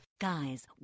Guys